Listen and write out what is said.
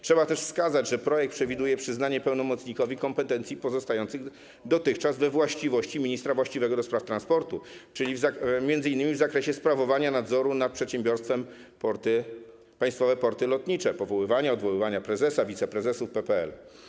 Trzeba też wskazać, że projekt przewiduje przyznanie pełnomocnikowi kompetencji pozostających dotychczas we właściwości ministra właściwego do spraw transportu, czyli m.in. w zakresie sprawowania nadzoru nad Przedsiębiorstwem Państwowym Porty Lotnicze, powoływania i odwoływania prezesa i wiceprezesów PPL.